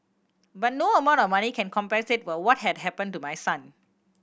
but no amount of money can compensate for what had happened to my son